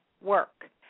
work